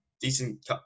decent